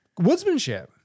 woodsmanship